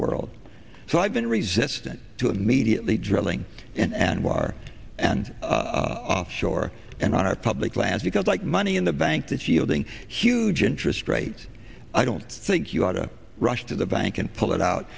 world so i've been resistant to immediately drilling in anwar and offshore and on our public lands because like money in the bank that yielding huge interest rates i don't think you oughta rush to the bank and pull it out